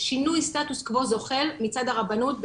שינוי סטטוס קוו זוחל מצד הרבנות,